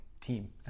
team